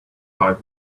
five